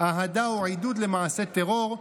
אהדה או עידוד למעשה טרור,